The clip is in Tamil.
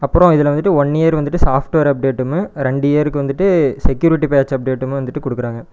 அப்புறம் இதில் வந்துவிட்டு ஒன் இயர் வந்துவிட்டு சாஃப்ட்வேர் அப்டேட்டுமே ரெண்டு இயருக்கு வந்துவிட்டு செக்யூரிட்டி பேட்ச் அப்டேட்டுமே வந்துவிட்டு கொடுக்குறாங்க